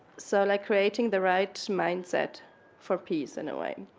so like creating the right mindset for peace in a way.